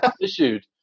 issued